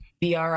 BRI